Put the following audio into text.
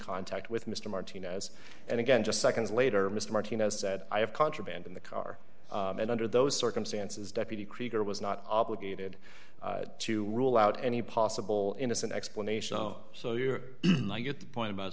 contact with mr martinez and again just seconds later mr martinez said i have contraband in the car and under those circumstances deputy krieger was not obligated to rule out any possible innocent explanation so you get the point about